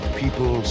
people